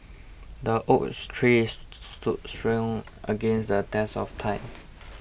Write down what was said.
the oak tree strong against the test of time